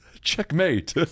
Checkmate